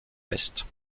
peste